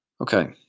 Okay